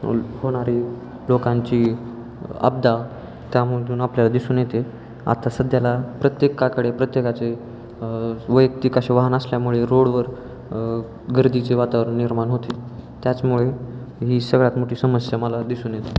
होणारी लोकांची अपदा त्यामधून आपल्याला दिसून येते आता सध्याला प्रत्येकाकडे प्रत्येकाचे वैयक्तिक असे वाहन असल्यामुळे रोडवर गर्दीचे वातावरण निर्माण होते त्याचमुळे ही सगळ्यात मोठी समस्या मला दिसून येते